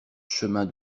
chemin